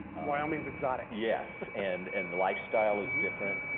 wyoming's exotic. yes. and and the lifestyle is different.